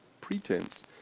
pretense